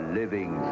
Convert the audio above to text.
living